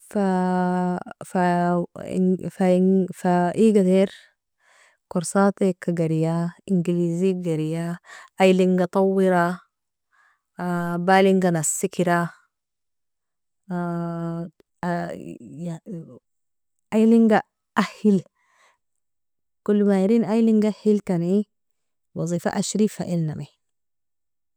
Fa fa fa igatir korsatika gerya, ingilizig gerya, ayilinga tawira, bailinga nasikira, ayilinga اهل. Kolomaerin ayilinga ahilkani wazifa ashri fa ilnami.